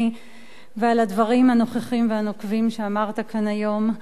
ועל הדברים הנכוחים והנוקבים שאמרת כאן היום.